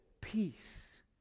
Peace